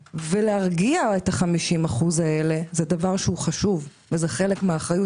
להרגיע את 50% מן הציבור זה דבר חשוב וזה חלק מן האחריות